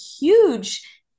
huge